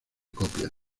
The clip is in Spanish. copias